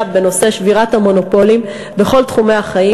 בנושא שבירת המונופולים בכל תחומי החיים,